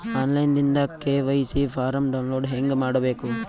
On line ದಿಂದ KYC form download ಹೇಂಗ ಮಾಡಬೇಕು?